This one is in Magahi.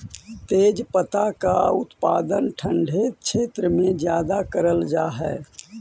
तेजपत्ता का उत्पादन ठंडे क्षेत्र में ज्यादा करल जा हई